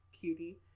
cutie